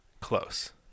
Close